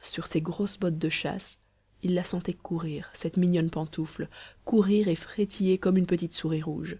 sur ses grosses bottes de chasse il la sentait courir cette mignonne pantoufle courir et frétiller comme une petite souris rouge